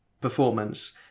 performance